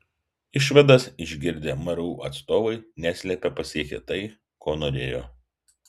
išvadas išgirdę mru atstovai neslėpė pasiekę tai ko norėjo